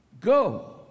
Go